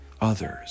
others